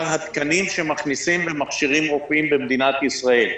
התקנים שמכניסים ומכשירים רופאים במדינת ישראל.